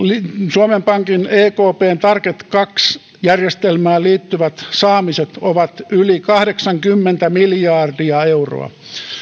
suomen pankin ekpn target kahteen järjestelmään liittyvät saamiset ovat yli kahdeksankymmentä miljardia euroa